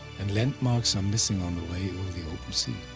and landmarks are missing on the way over the open sea.